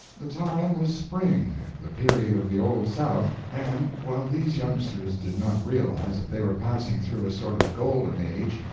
the time was spring, the period of the old south, and, while these youngsters did not realize that they were passing through a sort of golden age,